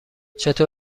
چطور